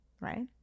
right